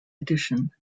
edition